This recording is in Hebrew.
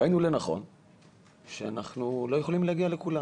ראינו לנכון שאנחנו לא יכולים להגיע לכולם